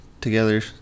together